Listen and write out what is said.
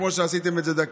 כמו שעשיתם את זה בדקה,